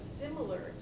similar